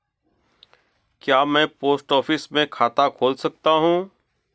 क्या मैं post office में खाता खोल सकता हूँ?